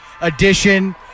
edition